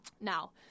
Now